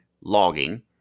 logging